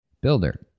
builder